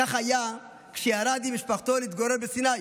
כך היה כשירד עם משפחתו להתגורר בסיני,